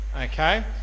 Okay